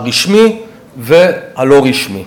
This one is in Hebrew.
הרשמי והלא-רשמי.